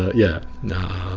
ah yeah, no.